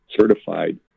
certified